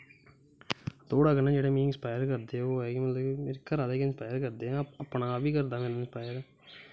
दौड़ा कन्नै जेह्ड़े मिगी इंस्पाइर करदे ओह् ऐ मतलब कि घरा आह्ले गै करदे अपना आप बी करदा मिगी इंस्पाइर